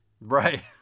Right